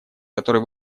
который